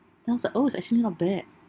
now it's like oh it's actually not bad